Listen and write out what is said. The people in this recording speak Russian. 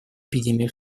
эпидемию